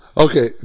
Okay